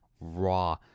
raw